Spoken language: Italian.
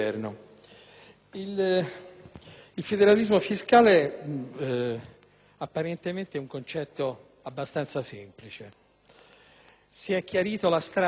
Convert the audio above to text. il federalismo fiscale apparentemente è un concetto abbastanza semplice: